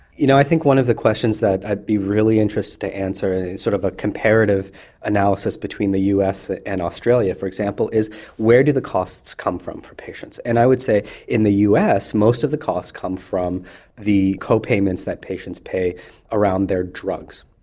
you know, i think one of the questions that i'd be really interested to answer in sort of a comparative analysis between the us ah and australia, for example, is where do the costs come from for patients. and i would say in the us most of the costs come from the copayments that patients pay around their drugs.